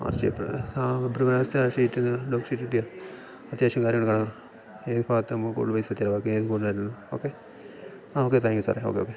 March April February മാസത്തെ ആ ഷീറ്റിന് ഷീറ്റ് കിട്ടിയാൽ അത്യാവശ്യം കാര്യങ്ങൾ കാണാം ഏത് ഭാഗത്താണ് നമുക്ക് കൂടുതൽ പൈസ ചിലവാക്കിയതിനേക്കാള് കൂടുതൽ ആയിരുന്നു ഓക്കെ ഓക്കെ താങ്ക് യു സാറെ ഓക്കെ ഓക്കെ